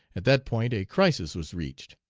at that point a crisis was reached.